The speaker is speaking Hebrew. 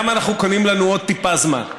גם אנחנו קונים לנו עוד טיפה זמן.